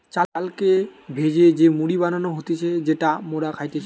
চালকে ভেজে যে মুড়ি বানানো হতিছে যেটা মোরা খাইতেছি